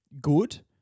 good